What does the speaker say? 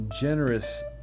generous